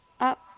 Up